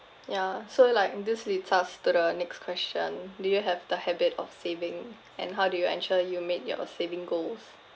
ya so like this leads us to the next question do you have the habit of saving and how do you ensure you meet your saving goals